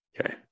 Okay